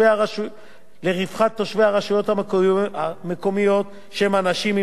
הרשויות המקומיות שהם אנשים עם מוגבלות.